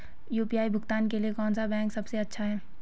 UPI भुगतान के लिए कौन सा बैंक सबसे अच्छा है?